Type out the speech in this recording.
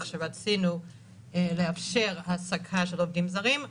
ורצינו לאפשר העסקה של עובדים זרים,